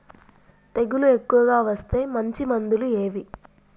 తెగులు ఎక్కువగా వస్తే మంచి మందులు ఏవి?